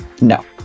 No